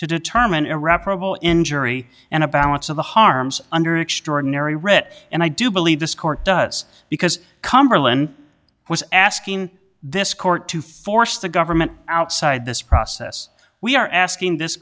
to determine irreparable injury and a balance of the harms under extraordinary writ and i do believe this court does because cumberland was asking this court to force the government outside this process we are asking this